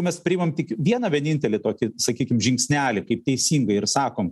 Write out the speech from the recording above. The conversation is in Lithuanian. mes priimam tik vieną vienintelį tokį sakykim žingsnelį kaip teisingai ir sakom